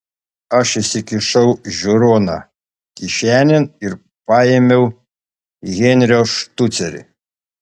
aš įsikišau žiūroną kišenėn ir paėmiau henrio štucerį